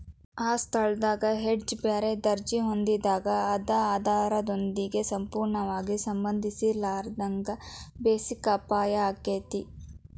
ಆ ಸ್ಥಳದಾಗ್ ಹೆಡ್ಜ್ ಬ್ಯಾರೆ ದರ್ಜಿ ಹೊಂದಿದಾಗ್ ಅದ ಆಧಾರದೊಂದಿಗೆ ಸಂಪೂರ್ಣವಾಗಿ ಸಂಬಂಧಿಸಿರ್ಲಿಲ್ಲಾಂದ್ರ ಬೆಸಿಕ್ ಅಪಾಯಾಕ್ಕತಿ